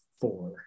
four